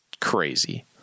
crazy